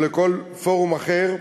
או לכל פורום אחר,